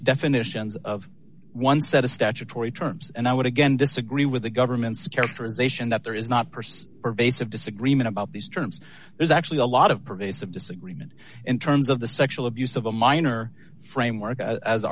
definitions of one set of statutory terms and i would again disagree with the government's characterization that there is not pursue pervasive disagreement about these terms there's actually a lot of pervasive disagreement in terms of the sexual abuse of a minor framework